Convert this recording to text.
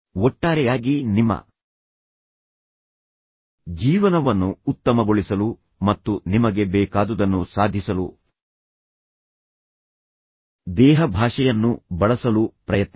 ಒಟ್ಟಾರೆಯಾಗಿ ನಿಮ್ಮ ಜೀವನವನ್ನು ಉತ್ತಮಗೊಳಿಸಲು ಮತ್ತು ನಿಮಗೆ ಬೇಕಾದುದನ್ನು ಸಾಧಿಸಲು ದೇಹಭಾಷೆಯನ್ನು ಬಳಸಲು ಪ್ರಯತ್ನಿಸಿ